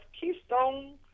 Keystone